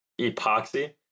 epoxy